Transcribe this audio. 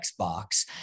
Xbox